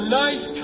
nice